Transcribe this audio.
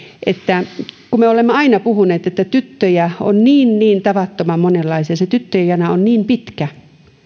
että kun me olemme aina puhuneet että tyttöjä on niin niin tavattoman monenlaisia että se tyttöjen jana on niin pitkä